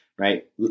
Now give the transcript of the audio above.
right